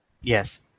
Yes